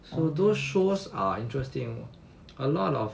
so those shows are interesting a lot of